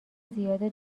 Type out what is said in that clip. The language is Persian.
زیاده